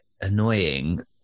annoying